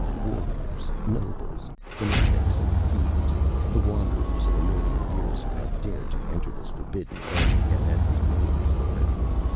warriors, nobles, fanatics and thieves the wanderers of a million years who had dared to enter this forbidden valley, and had remained forever.